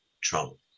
trouble